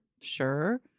sure